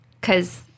cause